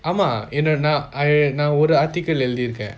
ஆமா என்ன நான் நான் ஒரு:aama enna nan nan oru article எழுதிர்க்கேன்:ezhuthirkaen